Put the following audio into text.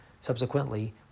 Subsequently